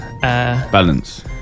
Balance